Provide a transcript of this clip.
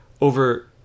over